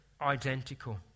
identical